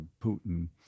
Putin